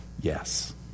Yes